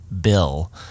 bill